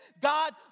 God